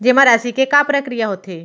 जेमा राशि के का प्रक्रिया होथे?